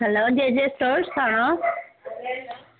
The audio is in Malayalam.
ഹലോ ജെ ജെ സ്റ്റോഴ്സ് ആണോ